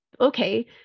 okay